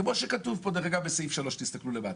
כפי שכתוב פה בפסקה (3).